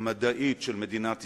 המדעית של מדינת ישראל,